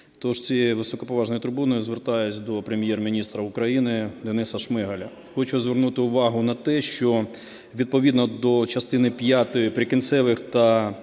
тож з цієї високоповажної трибуни звертаюсь до Прем'єр-міністра України Дениса Шмигаля. Хочу звернути увагу на те, що відповідно до частини п'ятої "Прикінцевих та